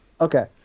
Okay